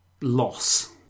loss